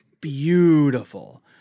beautiful